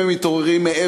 אם מתעוררים,